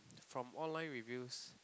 from online reviews